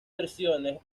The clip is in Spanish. versiones